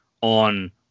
on